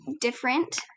different